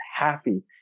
happy